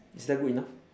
is that good enough